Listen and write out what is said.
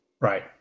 Right